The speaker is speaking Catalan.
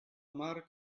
mar